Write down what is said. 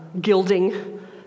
gilding